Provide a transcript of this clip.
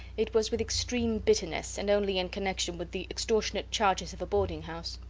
it was with extreme bitterness, and only in connection with the extortionate charges of a boarding-house.